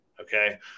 Okay